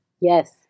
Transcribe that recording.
Yes